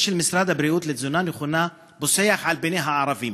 של משרד הבריאות לתזונה נכונה פוסח על הערבים.